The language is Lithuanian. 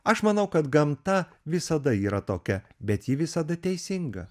aš manau kad gamta visada yra tokia bet ji visada teisinga